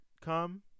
come